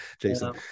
Jason